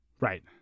Right